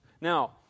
Now